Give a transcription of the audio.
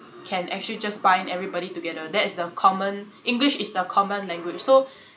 can actually just bind everybody together that's the common english is the common language so